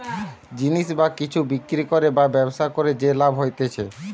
জিনিস বা কিছু বিক্রি করে বা ব্যবসা করে যে লাভ হতিছে